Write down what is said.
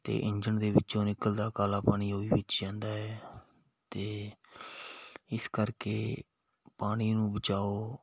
ਅਤੇ ਇੰਜਨ ਦੇ ਵਿੱਚੋਂ ਨਿਕਲਦਾ ਕਾਲਾ ਪਾਣੀ ਉਹ ਵੀ ਵਿੱਚ ਜਾਂਦਾ ਹੈ ਅਤੇ ਇਸ ਕਰਕੇ ਪਾਣੀ ਨੂੰ ਬਚਾਓ